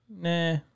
Nah